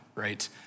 right